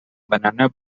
banana